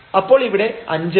അപ്പോൾ ഇവിടെ 5 ആണ്